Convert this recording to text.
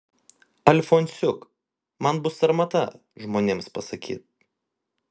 alfonsiuk man bus sarmata žmonėms pasakyt